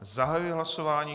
Zahajuji hlasování.